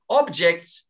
objects